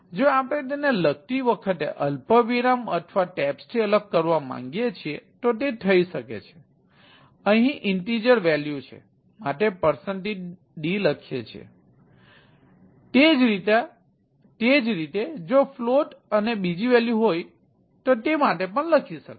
જો આપણે તેને લખતી વખતે અલ્પવિરામ અથવા ટેબ્સથી અલગ કરવા માંગીએ છીએ તો તે થઈ શકે છે અહીં ઇન્ટિજર અને બીજી વૅલ્યુ હોય તો તે માટે પણ લખી શકાય